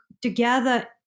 Together